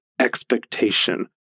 expectation